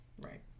Right